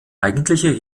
eigentliche